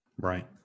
Right